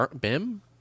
Bim